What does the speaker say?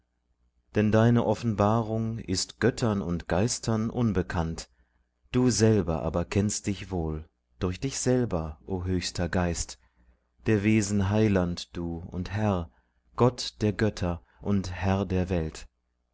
denn deine offenbarung ist göttern und geistern unbekannt du selber aber kennst dich wohl durch dich selber o höchster geist der wesen heiland du und herr gott der götter und herr der welt